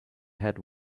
had